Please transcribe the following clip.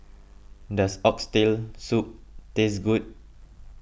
does Oxtail Soup taste good